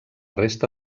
resta